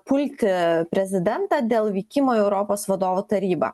pulti prezidentą dėl vykimo į europos vadovų tarybą